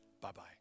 Bye-bye